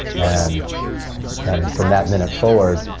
and and from that minute forward,